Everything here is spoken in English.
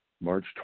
March